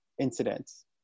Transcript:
incidents